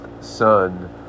son